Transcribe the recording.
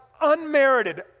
unmerited